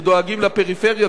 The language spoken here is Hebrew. שדואגים לפריפריה,